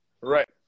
Right